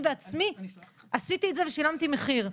אני בעצמי עשיתי את זה ושילמתי מחיר.